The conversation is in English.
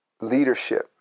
leadership